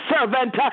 servant